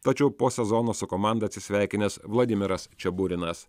tačiau po sezono su komanda atsisveikinęs vladimiras čeburinas